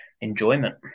enjoyment